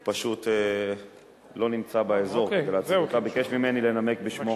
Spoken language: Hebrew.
הוא פשוט לא נמצא באזור, וביקש ממני לנמק בשמו.